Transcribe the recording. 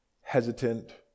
hesitant